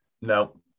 No